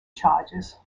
charges